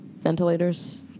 ventilators